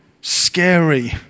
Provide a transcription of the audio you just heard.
scary